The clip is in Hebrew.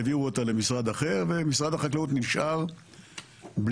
העבירו אותה למשרד אחר ומשרד החקלאות נשאר בלי